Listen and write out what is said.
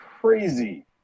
crazy